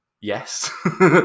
yes